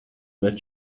read